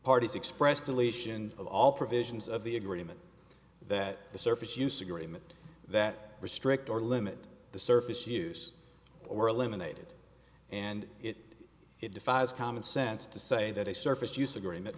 parties expressed deletion of all provisions of the agreement that the surface use agreement that restrict or limit the surface use were eliminated and it it defies common sense to say that a surface use agreement